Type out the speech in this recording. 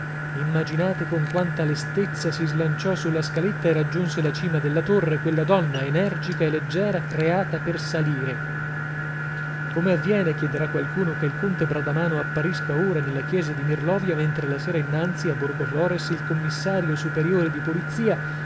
imaginate con quanta lestezza si slanciò sulla scaletta e raggiunse la cima della torre quella donna energica e leggera creata per salire come avviene chiederà qualcuno che il conte bradamano apparisca ora nella chiesa di mirlovia mentre la sera innanzi a borgoflores il commissario superiore di polizia